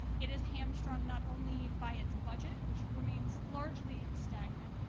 it is hamstrung not only by its budget, which remains largely stagnant,